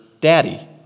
daddy